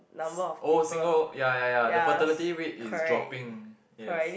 oh single ya ya ya the fertility rate is dropping yes